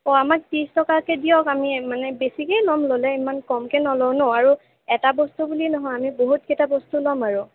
অঁ আমাক ত্ৰিছ টকাকে দিয়ক আমি মানে বেছিকেই লম ল'লে ইমান কমকে নলওঁ ন আৰু এটা বস্তু বুলি নহয় আমি বহুত কেইটা বস্তু লম আৰু